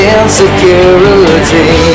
insecurity